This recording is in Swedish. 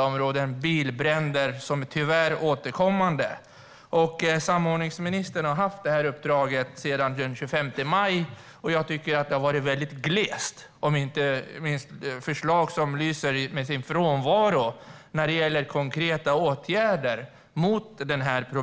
handlar om bilbränder som tyvärr är återkommande. Samordningsministern har haft uppdraget sedan den 25 maj. Jag tycker att det har varit väldigt glest och inte minst att förslag lyser med sin frånvaro när det gäller konkreta åtgärder mot problematiken.